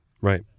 Right